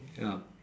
ya